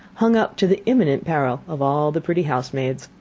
hung up to the imminent peril of all the pretty housemaids.